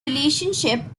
relationship